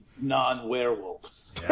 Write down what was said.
non-werewolves